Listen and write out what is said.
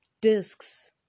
discs